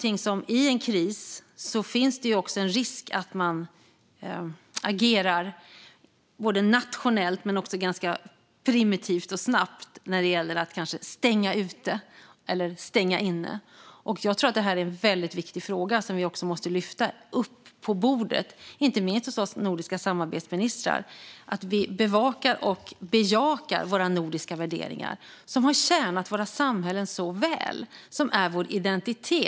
I kris finns det en risk att man agerar nationellt och ganska primitivt och snabbt när det gäller att stänga ute eller stänga inne, och jag tror att detta är en väldigt viktig fråga som vi måste lyfta upp på bordet - inte minst hos oss nordiska samarbetsministrar. Vi behöver bevaka och bejaka våra nordiska värderingar som har tjänat våra samhällen så väl och som är vår identitet.